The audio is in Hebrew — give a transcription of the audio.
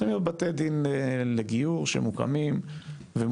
צריכים להיות בתי דין לגיור שמוקמים ומוכרים,